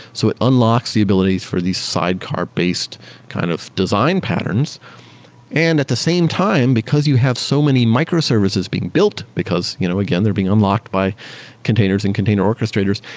so it unlocks the abilities for these sidecar-based kind of design patterns and at the same time because you have so many microservices being built, because you know again, they're being unlocked by containers and container orchestrators,